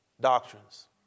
doctrines